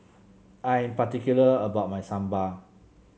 I am particular about my Sambar